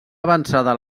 avançada